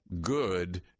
good